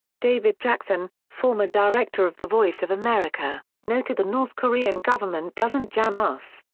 david jackson, former director of the voice of america, noted the north korean government doesn't jam us,